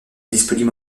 disponible